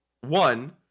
One